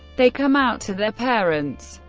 they come out to their parents,